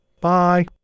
Bye